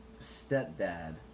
stepdad